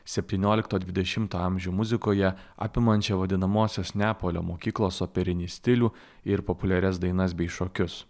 septyniolikto dvidešimto amžių muzikoje apimančią vadinamosios neapolio mokyklos operinį stilių ir populiarias dainas bei šokius